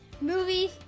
Movies